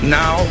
now